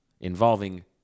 involving